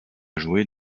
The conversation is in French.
jouer